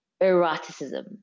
eroticism